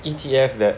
E_T_F that